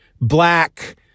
black